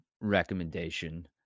recommendation